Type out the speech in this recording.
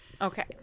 Okay